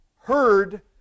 heard